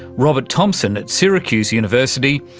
robert thompson at syracuse university,